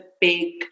big